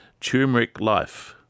turmericlife